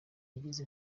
agize